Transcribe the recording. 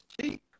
cheap